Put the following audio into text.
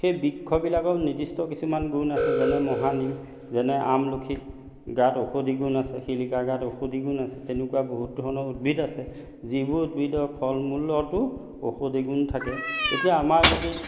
সেই বৃক্ষবিলাকৰ নিৰ্দিষ্ট কিছুমান গুণ আছে যেনে মহানিম যেনে আমলখি গাত ঔষধি গুণ আছে শিলিখাৰ গাত ঔষধি গুণ আছে তেনেকুৱা বহুত ধৰণৰ উদ্ভিদ আছে যিবোৰ উদ্ভিদৰ ফল মূলতো ঔষধি গুণ থাকে এতিয়া আমাৰ যদি